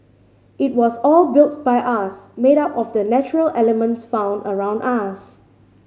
it was all built by us made up of the natural elements found around us